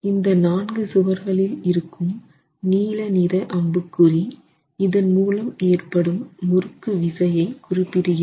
இந்த நான்கு சுவர்களில் இருக்கும் நீல நிற அம்புக்குறி இதன் மூலம் ஏற்படும் முறுக்கு விசையை குறிப்பிடுகிறது